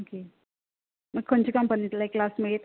okay म्हणजे खंयचे कंपनीतले क्लासमेट